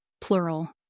Plural